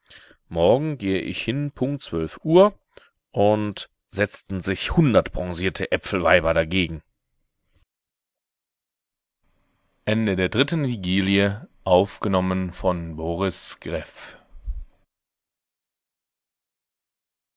morgen gehe ich hin punkt zwölf uhr und setzten sich hundert bronzierte äpfelweiber dagegen vierte vigilie